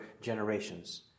generations